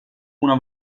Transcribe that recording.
una